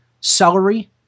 celery